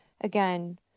again